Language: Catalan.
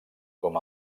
com